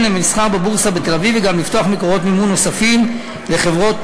למסחר בבורסה בתל-אביב וגם לפתוח מקורות מימון נוספים לחברות